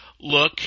look